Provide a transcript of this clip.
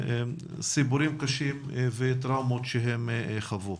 סיפורים קשים וטראומות שהם חוו.